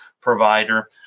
provider